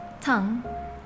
tongue